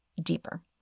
deeper